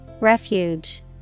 Refuge